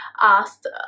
asked